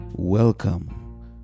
Welcome